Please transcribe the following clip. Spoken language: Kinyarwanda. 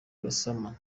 gassama